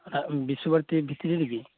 ᱵᱤᱥᱥᱚᱵᱷᱟᱨᱚᱛᱤ ᱵᱷᱤᱛᱨᱤ ᱨᱮᱜᱮ